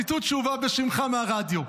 ציטוט שהובא בשמך מהרדיו.